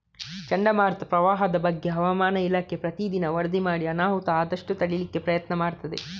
ಚಂಡಮಾರುತ, ಪ್ರವಾಹದ ಬಗ್ಗೆ ಹವಾಮಾನ ಇಲಾಖೆ ಪ್ರತೀ ದಿನ ವರದಿ ಮಾಡಿ ಅನಾಹುತ ಆದಷ್ಟು ತಡೀಲಿಕ್ಕೆ ಪ್ರಯತ್ನ ಮಾಡ್ತದೆ